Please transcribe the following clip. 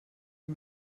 die